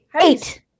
Eight